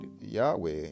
yahweh